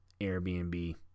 Airbnb